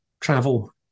travel